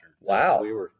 Wow